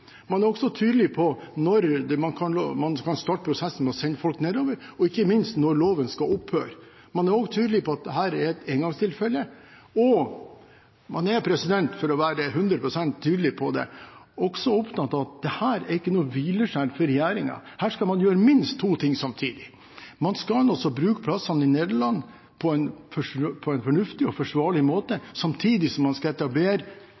Man er også tydelig på når man kan starte prosessen med å sende folk nedover, og ikke minst når loven skal opphøre. Man er også tydelig på at dette er et engangstilfelle, og man er – for å være 100 pst. tydelig – også opptatt av at dette er ikke noe hvileskjær for regjeringen. Her skal man gjøre minst to ting samtidig. Man skal bruke plassene i Nederland på en fornuftig og forsvarlig måte, samtidig som man skal etablere